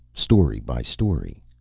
story by story.